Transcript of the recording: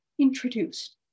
introduced